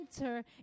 enter